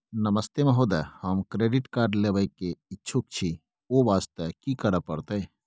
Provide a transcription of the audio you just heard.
नमस्ते महोदय, हम credit card लेबे के इच्छुक छि ओ वास्ते की करै परतै?